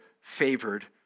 favored